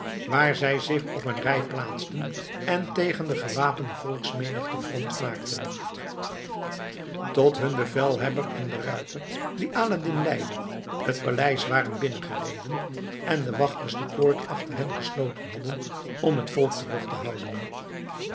waar zij zich op een rij plaatsten en tegen de gewapende volksmenigte front maakten tot hun bevelhebber en de ruiter die aladdin leidde het paleis waren binnengereden en de wachters de poort achter hen gesloten hadden om het volk terug te houden